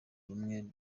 rumwe